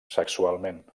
sexualment